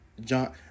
John